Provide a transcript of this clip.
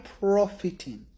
profiting